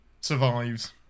survives